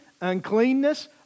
uncleanness